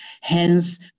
Hence